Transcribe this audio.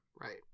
Right